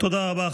תודה רבה.